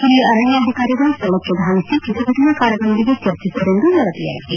ಹಿರಿಯ ಅರಣ್ಯಾಧಿಕಾರಿಗಳು ಸ್ವಳಕ್ಕೆ ಧಾವಿಸಿ ಪ್ರತಿಭಟನಾಕಾರರೊಂದಿಗೆ ಚರ್ಚಿಸಿದರೆಂದು ವರದಿಯಾಗಿದೆ